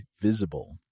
Visible